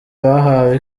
bahawe